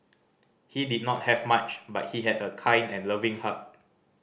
he did not have much but he had a kind and loving heart